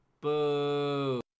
boo